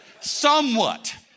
somewhat